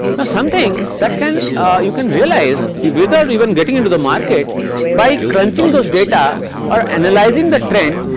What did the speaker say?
now something that can you can realize whether even getting into the market by crunching those data or analyzing the trend